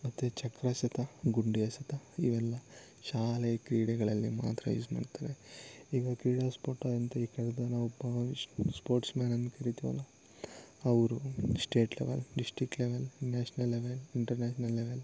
ಮತ್ತು ಚಕ್ರ ಎಸೆತ ಗುಂಡು ಎಸೆತ ಇವೆಲ್ಲ ಶಾಲೆಯ ಕ್ರೀಡೆಗಳಲ್ಲಿ ಮಾತ್ರ ಯೂಸ್ ಮಾಡ್ತಾರೆ ಈಗ ಕ್ರೀಡಾ ಸ್ಫೋಟ ಅಂತ ಈಗ ಕೇಳ್ದಾಗ ನಾವು ಸ್ಪೋರ್ಟ್ಸ್ಮ್ಯಾನ್ ಅಂತ ಕರಿತೀವಲ್ಲ ಅವರು state level district level national level international level